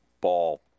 ball